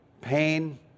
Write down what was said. pain